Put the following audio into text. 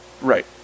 right